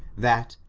that,